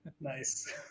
Nice